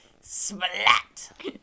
Splat